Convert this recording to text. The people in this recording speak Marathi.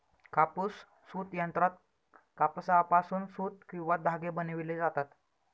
कापूस सूत यंत्रात कापसापासून सूत किंवा धागे बनविले जातात